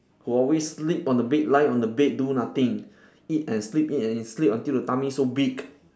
who always sleep on the bed lie on the bed do nothing eat and sleep eat and sleep until the tummy so big